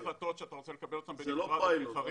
יש החלטות שאתה רוצה לקבל אותן בנפרד מהפיילוט.